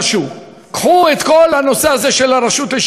תראו, כששואלים למה זה, אדוני